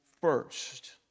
first